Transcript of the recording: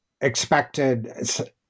expected